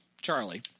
Charlie